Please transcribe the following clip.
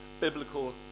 biblical